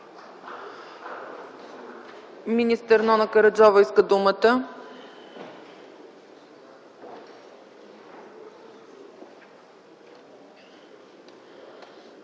Министър Нона Караджова иска думата.